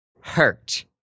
hurt